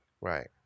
Right